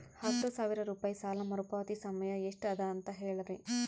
ಹತ್ತು ಸಾವಿರ ರೂಪಾಯಿ ಸಾಲ ಮರುಪಾವತಿ ಸಮಯ ಎಷ್ಟ ಅದ ಅಂತ ಹೇಳರಿ?